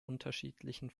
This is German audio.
unterschiedlichen